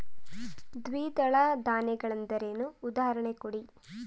ದ್ವಿದಳ ಧಾನ್ಯ ಗಳೆಂದರೇನು, ಉದಾಹರಣೆ ಕೊಡಿ?